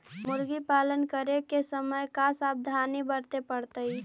मुर्गी पालन करे के समय का सावधानी वर्तें पड़तई?